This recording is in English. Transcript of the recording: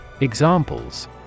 Examples